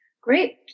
Great